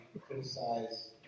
criticize